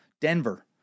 Denver